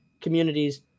communities